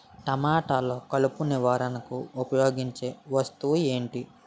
టమాటాలో కలుపు నివారణకు ఉపయోగించే వస్తువు ఏంటి?